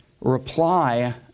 reply